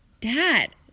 Dad